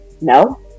no